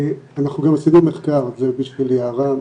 ו-ב', אנחנו גם עשינו מחקר, זה בשביל יערה,